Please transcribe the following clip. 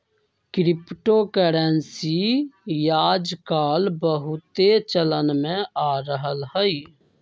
crypto currency याजकाल बहुते चलन में आ रहल हइ